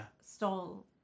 stole